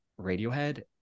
Radiohead